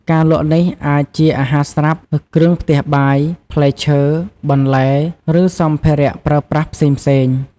ការលក់នេះអាចជាអាហារស្រាប់ គ្រឿងផ្ទះបាយ ផ្លែឈើ បន្លែ ឬសម្ភារៈប្រើប្រាស់ផ្សេងៗ។